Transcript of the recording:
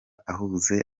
ahuze